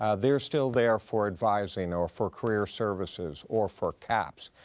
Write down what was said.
ah they're still there for advising or for career services or for caps.